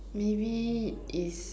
maybe is